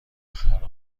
خرابه